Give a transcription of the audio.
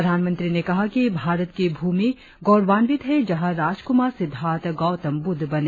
प्रधानमंत्री ने कहा कि भारत की भूमि गौरवान्वित है जहां राजकुमार सिद्धार्थ गौतम बुद्ध बने